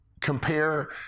compare